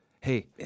Hey